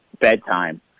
bedtime